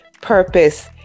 purpose